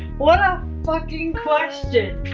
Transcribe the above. what a fucking question!